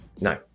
No